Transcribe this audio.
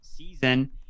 season